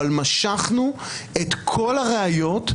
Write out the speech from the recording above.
אבל משכנו את כל הראיות,